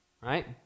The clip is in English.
right